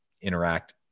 interact